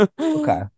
okay